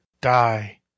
die